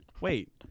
Wait